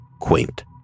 quaint